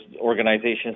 organizations